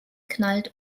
knallt